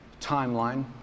timeline